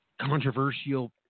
controversial